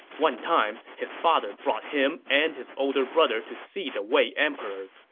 one time, his father brought him and his older brother to see the wei emperor.